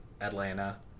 Atlanta